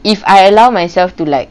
if I allow myself to like